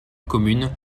commune